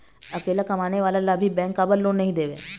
अकेला कमाने वाला ला भी बैंक काबर लोन नहीं देवे?